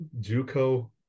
Juco